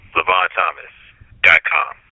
LevonThomas.com